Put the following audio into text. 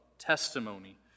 testimony